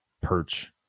perch